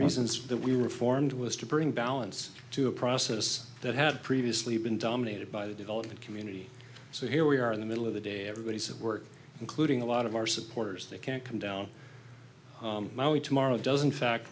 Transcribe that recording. reasons that we were formed was to bring balance to a process that had previously been dominated by the development community so here we are in the middle of the day everybody's at work including a lot of our supporters that can't come down tomorrow doesn't fact